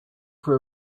for